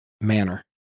manner